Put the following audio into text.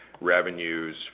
revenues